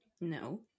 no